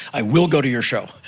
i will go to your show.